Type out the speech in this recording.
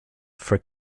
for